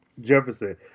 Jefferson